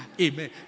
Amen